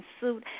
Suit